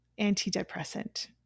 antidepressant